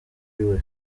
iwe